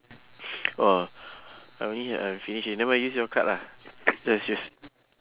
orh are we uh finishing nevermind you use your card lah just use